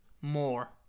more